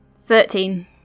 Thirteen